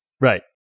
Right